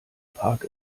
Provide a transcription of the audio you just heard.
park